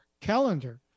calendar